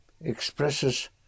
expresses